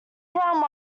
around